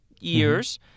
years—